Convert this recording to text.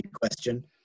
question